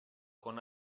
con